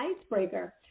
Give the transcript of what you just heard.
icebreaker